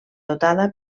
dotada